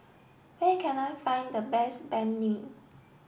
where can I find the best Banh Mi